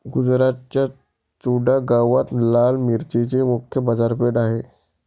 गुजरातच्या चुडा गावात लाल मिरचीची मुख्य बाजारपेठ आहे